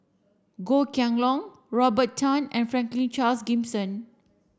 Goh Kheng Long Robert Tan and Franklin Charles Gimson